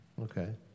Okay